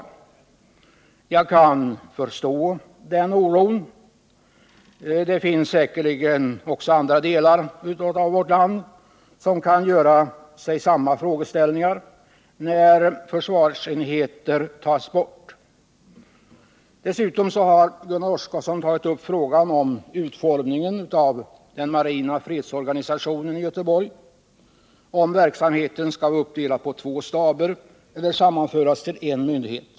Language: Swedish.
Jag kan ha förståelse för den oron. Säkerligen kan man i samband med att försvarsenheter läggs ned också för andra delar av vårt land göra samma frågeställningar som dem som anförts beträffande västkusten. Gunnar Oskarson har också tagit upp frågan om utformningen av den marina fredsorganisationen i Göteborg. Det gäller om verksamheten skall vara uppdelad på två staber eller sammanföras till en myndighet.